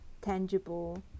tangible